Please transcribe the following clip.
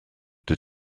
that